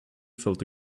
felt